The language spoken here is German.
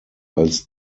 als